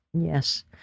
Yes